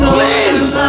Please